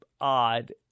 odd